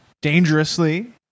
dangerously